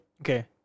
Okay